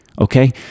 okay